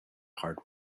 hard